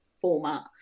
format